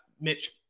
Mitch